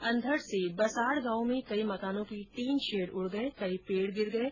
अंधड से बसाड गांव में कई मकानों की टीन शेड उड गई कई पेड गिर गये